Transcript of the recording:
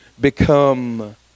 become